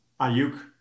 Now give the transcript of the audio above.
Ayuk